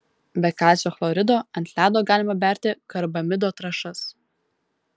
be kalcio chlorido ant ledo galima berti karbamido trąšas